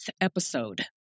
episode